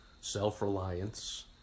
self-reliance